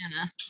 anna